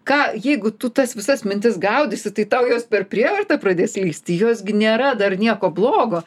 ką jeigu tu tas visas mintis gaudysi tai tau jos per prievartą pradės lįsti jos gi nėra dar nieko blogo